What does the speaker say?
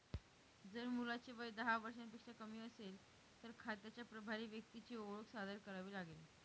जर मुलाचे वय दहा वर्षांपेक्षा कमी असेल, तर खात्याच्या प्रभारी व्यक्तीची ओळख सादर करावी लागेल